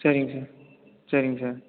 சரிங் சார் சரிங் சார்